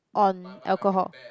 on alcohol